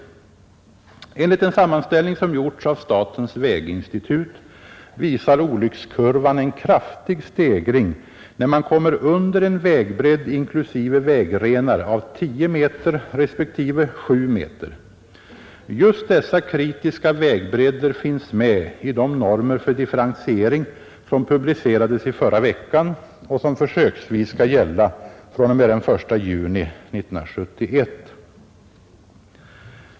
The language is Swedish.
Enligt en sammanställning som gjorts av statens väginstitut visar olyckskurvan en kraftig stegring, när man kommer under en vägbredd — inklusive vägrenar — av 10 meter respektive 7 meter. Just dessa kritiska vägbredder finns med i de normer för differentiering som publicerades i förra veckan och som försöksvis skall gälla fr.o.m. den 1 juni 1971.